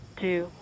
two